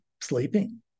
sleeping